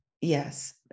Yes